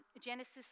Genesis